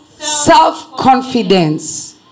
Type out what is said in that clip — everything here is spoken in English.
self-confidence